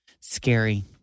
Scary